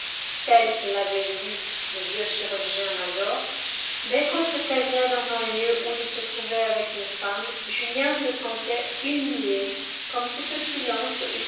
telle que l'avait vue le vieux chirurgien-major dès qu'on se taisait dans un lieu où il se trouvait avec une femme julien se sentait humilié comme si ce silence